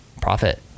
profit